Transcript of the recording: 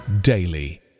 daily